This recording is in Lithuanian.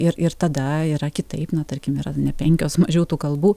ir ir tada yra kitaip na tarkim yra ne penkios mažiau tų kalbų